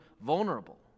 vulnerable